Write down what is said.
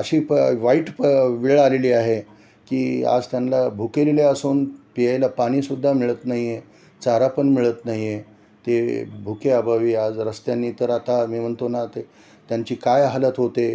अशी प वाईट प वेळ आलेली आहे की आज त्यांना भुकेलेले असून प्यायला पाणीसुद्धा मिळत नाही आहे चारा पण मिळत नाही आहे ते भुकेअभावी आज रस्त्याने तर आता मी म्हणतो ना ते त्यांची काय हालत होते